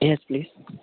yes please